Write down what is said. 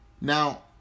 now